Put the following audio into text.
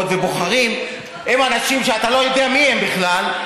ובוחרים הם אנשים שאתה לא יודע מיהם בכלל,